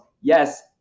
Yes